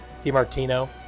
DiMartino